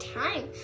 time